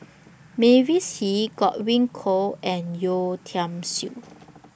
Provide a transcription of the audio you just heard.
Mavis Hee Godwin Koay and Yeo Tiam Siew